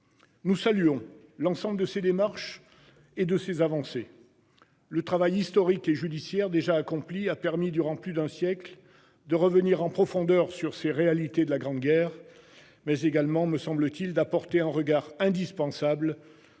Nous saluons l'ensemble de ces démarches et de ces avancées. Le travail historique et judiciaire déjà accompli a permis durant plus d'un siècle de revenir en profondeur sur ces réalités de la Grande Guerre. Mais également, me semble-t-il d'apporter un regard indispensable